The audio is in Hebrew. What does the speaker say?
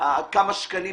כמה שקלים,